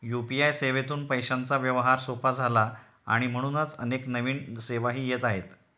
UPI सेवेतून पैशांचा व्यवहार सोपा झाला आणि म्हणूनच अनेक नवीन सेवाही येत आहेत